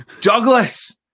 Douglas